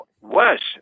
worse